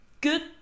good